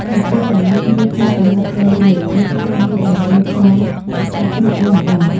នៅពេលដែលយើងរៀបចំប្រហិតត្រីរួច យើងត្រូវងាកមករៀបចំសាច់ជ្រូកវិញម្ដង។